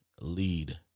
lead